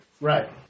Right